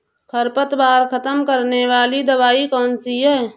खरपतवार खत्म करने वाली दवाई कौन सी है?